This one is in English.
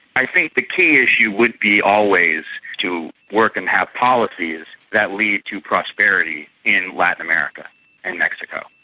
i think the key issue would be always to work and have policies that lead to prosperity in latin america and mexico.